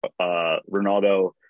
Ronaldo